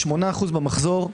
8% במחזור.